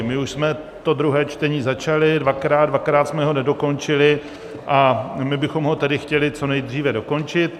My už jsme to druhé čtení začali dvakrát, dvakrát jsme ho nedokončili a my bychom ho tedy chtěli co nejdříve dokončit.